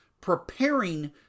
preparing